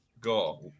go